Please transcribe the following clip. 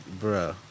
bro